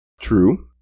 true